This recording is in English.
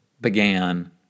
began